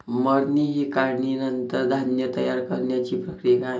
मळणी ही काढणीनंतर धान्य तयार करण्याची प्रक्रिया आहे